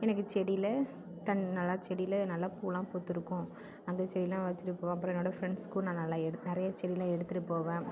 எனக்கு செடியில் தண் நல்லா செடியில் நல்லா பூவெலாம் பூத்திருக்கும் அந்த செடியெலாம் வச்சுருப்போம் அப்புறம் என்னோட ஃப்ரெண்ட்ஸ் கூட நான் நல்லா எடு நிறையா செடியெலாம் எடுத்துகிட்டு போவேன்